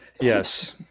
Yes